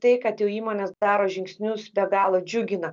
tai kad jau įmonės daro žingsnius be galo džiugina